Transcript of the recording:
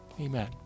Amen